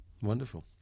Wonderful